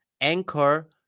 Anchor